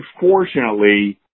unfortunately